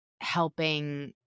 helping